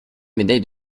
médaille